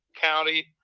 County